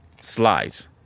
slides